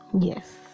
Yes